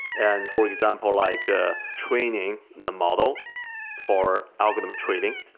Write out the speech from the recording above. and for example, like ah training the model for algorithm training.